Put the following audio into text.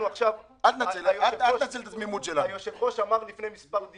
אל תנצל את התמימות שלנו.